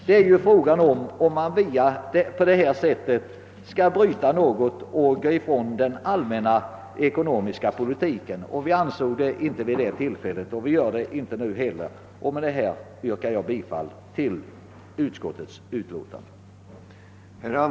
Det är fråga om huruvida man på detta sätt skall ingripa i den allmänna ekonomiska politiken. Vi ansåg vid det tillfället att man inte borde göra det, och vi anser det inte heller nu. Med detta yrkar jag bifall till utskottets hemställan.